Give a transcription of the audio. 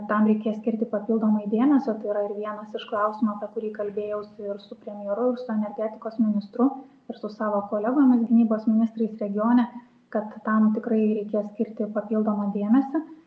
tam reikės skirti papildomai dėmesio tai yra ir vienas iš klausimų apie kurį kalbėjausi ir su premjeru ir su energetikos ministru ir su savo kolegomis gynybos ministrais regione kad tam tikrai reikės skirti papildomą dėmesį